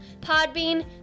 Podbean